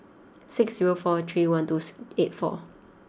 six zero four three one two six eight four